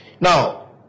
Now